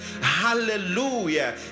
Hallelujah